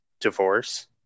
divorce